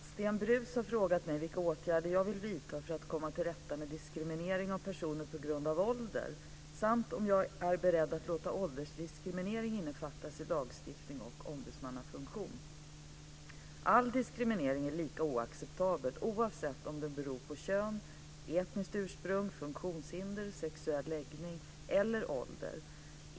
Fru talman! Sven Brus har frågat mig vilka åtgärder jag vill vidta för att komma till rätta med diskriminering av personer på grund av ålder samt om jag är beredd att låta åldersdiskriminering innefattas i lagstiftning och ombudsmannafunktion. All diskriminering är lika oacceptabel, oavsett om den beror på kön, etniskt ursprung, funktionshinder, sexuell läggning eller ålder.